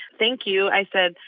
thank you. i said,